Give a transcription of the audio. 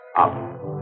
Up